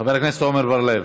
חבר הכנסת עמר בר-לב.